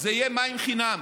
וזה יהיה מים חינם.